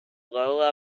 lola